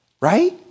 right